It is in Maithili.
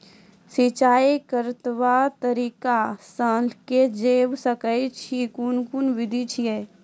सिंचाई कतवा तरीका सअ के जेल सकैत छी, कून कून विधि ऐछि?